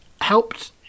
helped